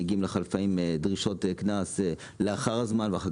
לפעמים מגיעות אליך דרישות קנס לאחר הזמן ואחר